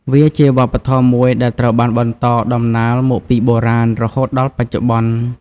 វាជាវប្បធម៌មួយដែលត្រូវបានបន្តដំណាលមកពីបុរាណរហូតដល់បច្ចុប្បន្ន។